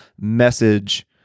message